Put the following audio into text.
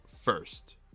first